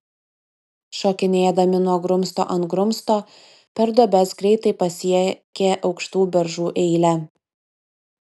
šokinėdami nuo grumsto ant grumsto per duobes greitai pasiekė aukštų beržų eilę